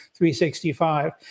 365